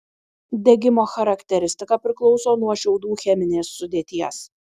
degimo charakteristika priklauso nuo šiaudų cheminės sudėties